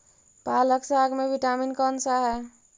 पालक साग में विटामिन कौन सा है?